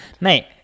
mate